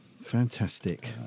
Fantastic